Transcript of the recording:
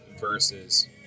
versus